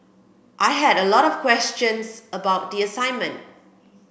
I had a lot of questions about the assignment